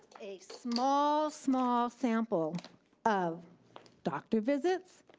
a small small sample of doctor visits,